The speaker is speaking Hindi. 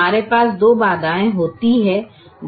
जब हमारे पास दो बाधाए होती हैं